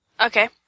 okay